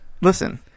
listen